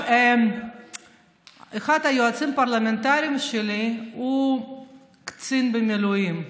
אחד היועצים הפרלמנטריים שלי הוא קצין במילואים,